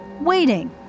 waiting